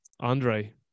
Andre